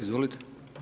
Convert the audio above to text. Izvolite.